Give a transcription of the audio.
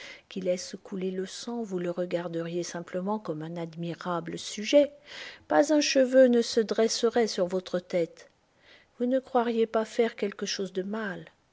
qui laissent couler le sang vous le regarderiez simplement comme un admirable sujet pas un cheveu ne se dresserait sur votre tête vous ne croiriez pas faire quelque chose de mal